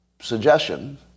suggestion